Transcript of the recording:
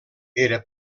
era